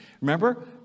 Remember